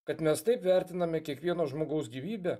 kad mes taip vertiname kiekvieno žmogaus gyvybę